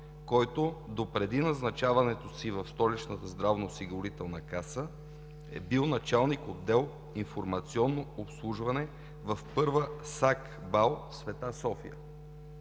който допреди назначаването си в Столичната здравноосигурителна каса е бил началник-отдел „Информационно обслужване“ в Първа САГБАЛ „Света София“.